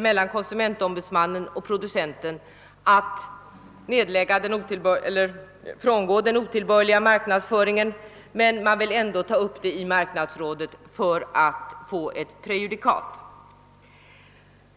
mellan konsumentombudsmannen och producenten om att frångå den otillbörliga marknadsföringen men man vill ändå ta upp saken i marknadsrådet för att få ett prejudikat.